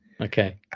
Okay